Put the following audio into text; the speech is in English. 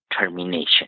termination